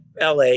LA